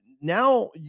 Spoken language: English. Now